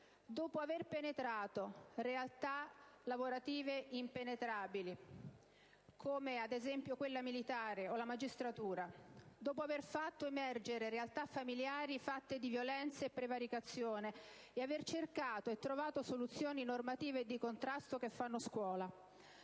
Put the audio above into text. dopo aver penetrato realtà lavorative impenetrabili come, ad esempio, quella militare o della magistratura; dopo aver fatto emergere realtà familiari fatte di violenze e prevaricazione e aver cercato e trovato soluzioni normative e di contrasto che fanno scuola;